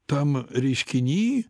tam reiškiny